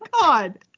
god